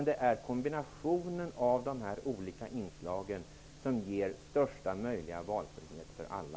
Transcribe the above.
Det är kombinationen av dessa olika inslag som ger största möjliga valfrihet för alla.